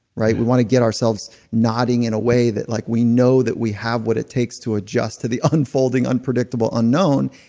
right? we want to get ourselves nodding in a way that like we know that we have what it takes to adjust to the unfolding, unpredictable, unknown,